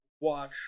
watch